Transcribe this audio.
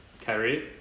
Kyrie